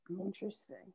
interesting